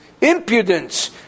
impudence